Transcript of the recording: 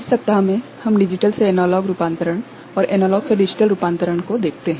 इस सप्ताह में हम डिजिटल से एनालॉग रूपांतरण और एनालॉग से डिजिटल रूपांतरण को देखते हैं